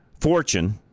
Fortune